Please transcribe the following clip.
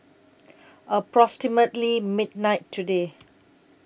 approximately midnight today